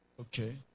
Okay